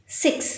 six